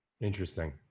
interesting